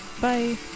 Bye